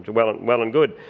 well and well and good.